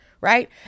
right